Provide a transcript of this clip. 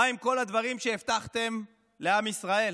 מה עם כל הדברים שהבטחתם לעם ישראל?